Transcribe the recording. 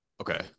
okay